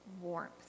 warmth